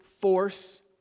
force